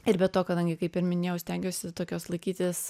ir be to kadangi kaip ir minėjau stengiuosi tokios laikytis